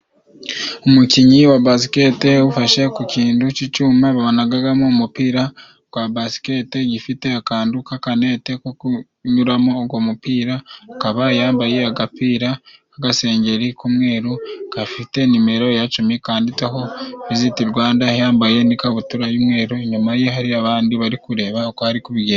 Umukinnyi wa basiketi ufashe ku kindu c'icuma banagagamo umupira gwa basiketi. Gifite akandu kakanete ko kunyuramo ugo mupira, akaba yambaye agapira k'agasengeri k'umweru, gafite nimero cumi kanditsweho viziti Rwanda. Yambaye n'ikabutura y'umweru. Inyuma ye hari abandi bari kureba uko ari kubigenza.